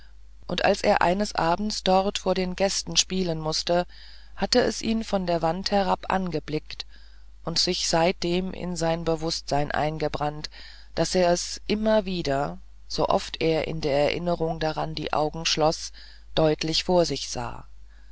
und als er eines abends dort vor den gästen spielen mußte hatte es ihn von der wand herab angeblickt und sich seitdem in sein bewußtsein eingebrannt daß er es immer wieder sooft er in der erinnerung daran die augen schloß deutlich vor sich sah